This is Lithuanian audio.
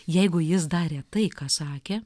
jeigu jis darė tai ką sakė